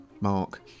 Mark